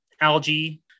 algae